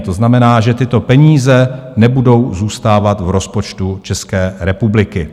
To znamená, že tyto peníze nebudou zůstávat v rozpočtu České republiky.